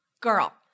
Girl